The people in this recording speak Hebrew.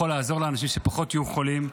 יכול לעזור לאנשים שיהיו פחות חולים.